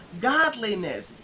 godliness